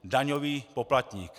Daňový poplatník.